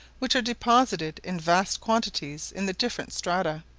which are deposited in vast quantities in the different strata,